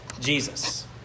Jesus